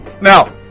Now